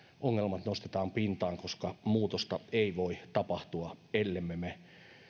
ongelmat nostetaan pintaan koska muutosta ei voi tapahtua ellemme me